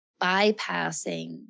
bypassing